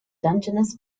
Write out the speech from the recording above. dungeness